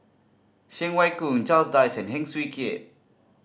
Cheng Wai Keung Charles Dyce and Heng Swee Keat